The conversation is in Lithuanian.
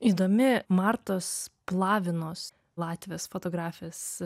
įdomi martos plavinos latvijos fotografės